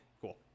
cool